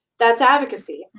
that's advocacy.